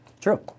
True